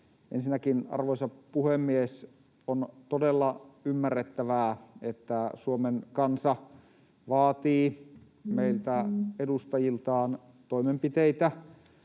Ensinnäkin, arvoisa puhemies, on todella ymmärrettävää, että Suomen kansa vaatii meiltä edustajiltaan toimenpiteitä